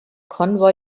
konvoi